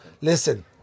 Listen